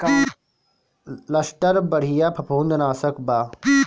Luster बढ़िया फंफूदनाशक बा